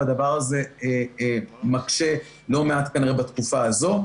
והדבר הזה מקשה לא מעט כנראה בתקופה הזו.